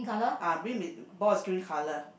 uh green is ball is green colour